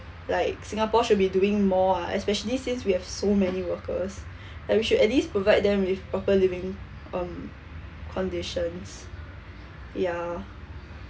like singapore should be doing more ah especially since we have so many workers like we should at least provide them with proper living um conditions ya